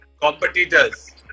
competitors